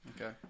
Okay